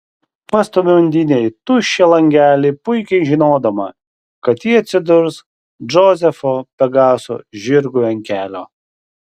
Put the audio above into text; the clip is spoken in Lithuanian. pastumiu undinę į tuščią langelį puikiai žinodama kad ji atsidurs džozefo pegaso žirgui ant kelio